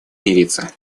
мириться